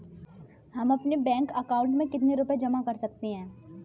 हम अपने bank account में कितने रुपये जमा कर सकते हैं?